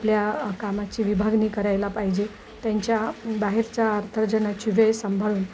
आपल्या कामाची विभागणी करायला पाहिजे त्यांच्या बाहेरच्या अर्थार्जनाची वेळ सांभाळून